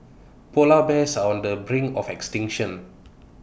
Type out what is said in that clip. Polar Bears are on the brink of extinction